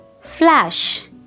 Flash